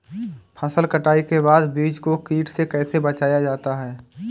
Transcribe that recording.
फसल कटाई के बाद बीज को कीट से कैसे बचाया जाता है?